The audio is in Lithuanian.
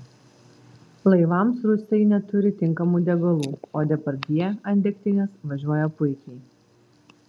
laivams rusai neturi tinkamų degalų o depardjė ant degtinės važiuoja puikiai